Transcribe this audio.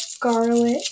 garlic